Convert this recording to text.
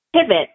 pivot